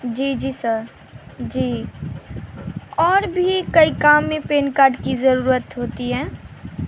جی جی سر جی اور بھی کئی کام میں پین کارڈ کی ضرورت ہوتی ہے